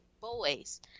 boys